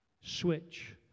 Switch